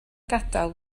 gadael